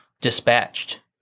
dispatched